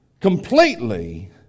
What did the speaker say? completely